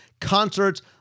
concerts